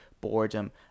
boredom